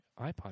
iPod